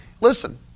listen